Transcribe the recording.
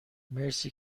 مرسی